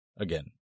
again